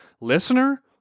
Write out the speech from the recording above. Listener